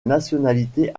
nationalité